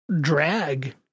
drag